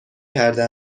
کرده